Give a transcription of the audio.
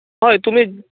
हय तुमी